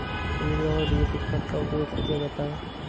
urea और DAP खाद का प्रयोग किया जाता है